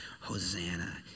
Hosanna